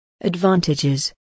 Advantages